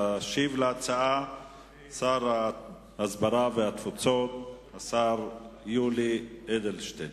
ישיב על ההצעה שר ההסברה והתפוצות יולי אדלשטיין.